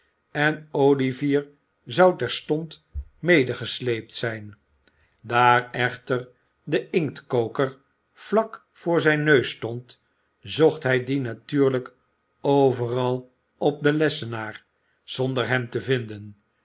en olivier zou terstond medegesleept zijn daar echter de inktkoker vlak voor zijn neus stond zocht hij dien natuurlijk overal op den lessenaar zonder hem te vinden